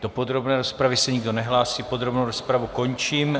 Do podrobné rozpravy se nikdo nehlásí, podrobnou rozpravu končím.